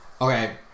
Okay